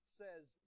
says